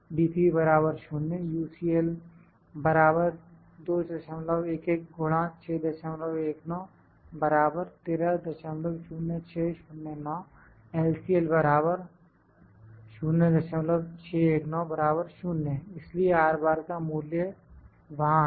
CL UCL LCL नमूना आकार 5 के लिए इसलिए का मूल्य वहां है